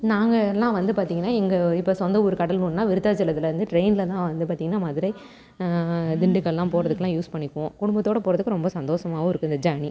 நாங்கள் எல்லா வந்து பார்த்திங்கனா எங்கள் இப்போ சொந்த ஊர் கடலூர்னா விருத்தாச்சலத்தில் இருந்து ட்ரெயினில் தான் வந்து பார்த்திங்கனா மதுரை திண்டுக்கலெலாம் போகிறதுக்குலாம் யூஸ் பண்ணிக்குவோம் குடும்பத்தோடய போகிறதுக்கு ரொம்ப சந்தோசமாகவும் இருக்குது இந்த ஜெர்னி